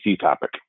topic